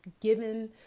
given